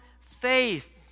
faith